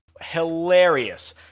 hilarious